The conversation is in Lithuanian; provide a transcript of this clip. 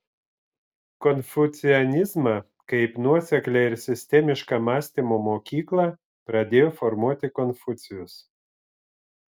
konfucianizmą kaip nuoseklią ir sistemišką mąstymo mokyklą pradėjo formuoti konfucijus